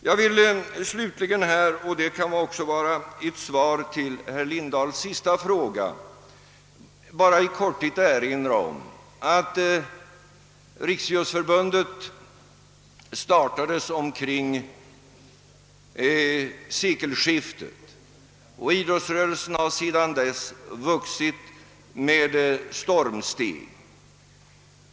Jag vill slutligen — och det kan utgöra ett svar på herr Lindahls sista fråga — i korthet erinra om att Riksidrottsförbundet startades omkring sekelskiftet och att idrottsrörelsen sedan dess har gått fram med stormsteg.